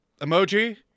Emoji